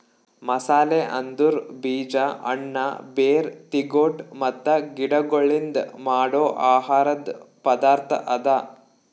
ಮಸಾಲೆ ಅಂದುರ್ ಬೀಜ, ಹಣ್ಣ, ಬೇರ್, ತಿಗೊಟ್ ಮತ್ತ ಗಿಡಗೊಳ್ಲಿಂದ್ ಮಾಡೋ ಆಹಾರದ್ ಪದಾರ್ಥ ಅದಾ